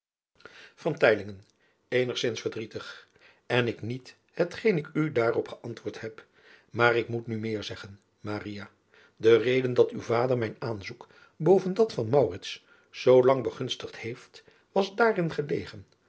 n ik niet het geen ik u daarop geantwoord heb aar ik moet nu meer zeggen de reden dat driaan oosjes zn et leven van aurits ijnslager uw ader mijn aanzoek boven dat van zoo lang begunstigd heeft was daarin gelegen